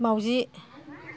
माउजि